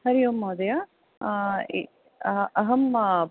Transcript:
हरि ओं महोदय अहं